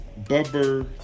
Bubber